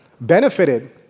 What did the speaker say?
benefited